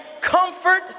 comfort